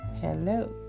hello